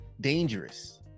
dangerous